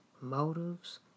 motives